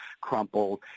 crumpled